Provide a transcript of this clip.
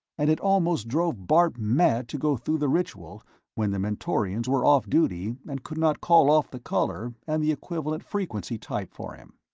and it almost drove bart mad to go through the ritual when the mentorians were off duty and could not call off the color and the equivalent frequency type for him.